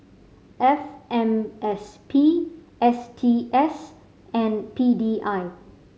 F M S P S T S and P D I